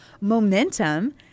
momentum